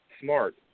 smart